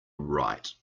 right